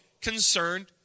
concerned